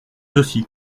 aussi